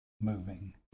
moving